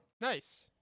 Nice